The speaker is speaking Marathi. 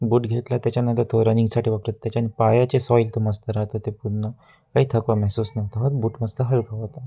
बूट घेतला त्याच्यानंतर तो रनिंगसाठी वाटत त्याच्याने पायाचे सॉयल एकदम मस्त राहत होते पूर्ण काही थकवा महसूस नव्हतं बूट मस्त हलकं होतं